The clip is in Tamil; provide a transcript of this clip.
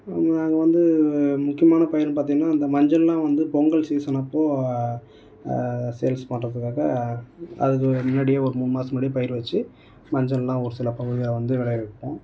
நாங்கள் வந்து முக்கியமான பயிர்னு பார்த்தீங்கனா இந்த மஞ்சளெலாம் வந்து பொங்கல் சீசன் அப்போது சேல்ஸ் பண்ணுறதுக்காக அதுக்கு முன்னாடியே ஒரு மூணு மாதம் முன்னாடியே பயிர் வெச்சு மஞ்சளெல்லாம் ஒரு சில பகுதியில் வந்து விளைய வைப்போம்